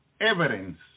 evidence